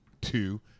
two